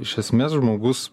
iš esmės žmogus